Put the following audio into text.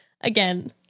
again